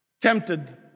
Tempted